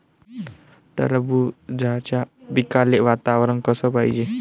टरबूजाच्या पिकाले वातावरन कस पायजे?